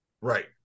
Right